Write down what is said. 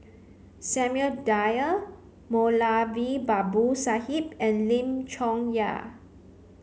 Samuel Dyer Moulavi Babu Sahib and Lim Chong Yah